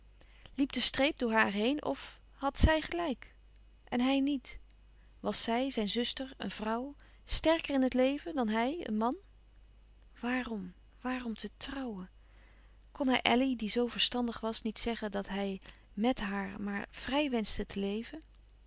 liep de streep door haar heen of had zij gelijk en hij niet was zij zijn zuster een vrouw sterker in het leven dan hij een man waarom waarom te troùwen kon hij elly die zoo verstandig was niet zeggen dat hij mèt haar maar vrij wenschte te leven